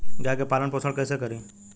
गाय के पालन पोषण पोषण कैसे करी?